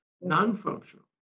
non-functional